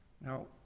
Now